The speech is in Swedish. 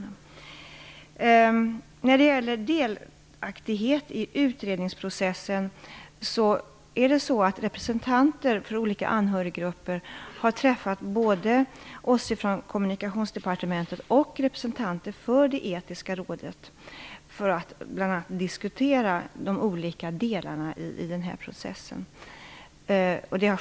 När det gäller de anhörigas delaktighet i utredningsprocessen har representanter för olika anhöriggrupper vid ett par olika tillfällen träffat både oss i Kommunikationsdepartementet och företrädare för det etiska rådet, bl.a. för att diskutera de olika delarna i den här processen.